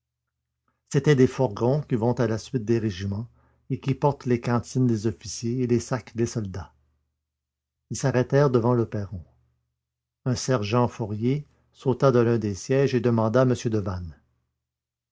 c'étaient de ces fourgons qui vont à la suite des régiments et qui portent les cantines des officiers et les sacs des soldats ils s'arrêtèrent devant le perron un sergent fourrier sauta de l'un des sièges et demanda m devanne